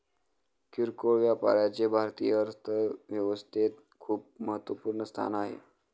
किरकोळ व्यापाराचे भारतीय अर्थव्यवस्थेत खूप महत्वपूर्ण स्थान आहे